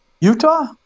Utah